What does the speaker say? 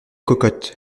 cocotte